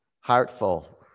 Heartful